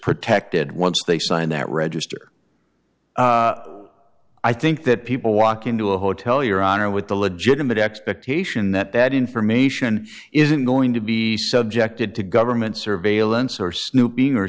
protected once they sign that register i think that people walk into a hotel your honor with a legitimate expectation that that information isn't going to be subjected to government surveillance or snooping or